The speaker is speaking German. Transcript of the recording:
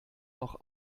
noch